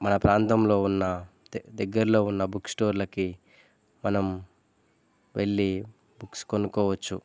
మన ప్రాంతంలో ఉన్న దగ్గరలో ఉన్న బుక్ స్టోర్లకి మనం వెళ్ళీ బుక్స్ కొనుక్కోవచ్చు